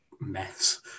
mess